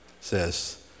says